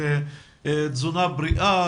של תזונה בריאה,